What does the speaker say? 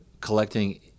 collecting